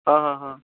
ହଁ ହଁ ହଁ